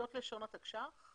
זאת לשון התקש"ח?